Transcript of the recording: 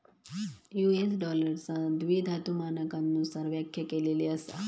US डॉलरचा द्विधातु मानकांनुसार व्याख्या केली असा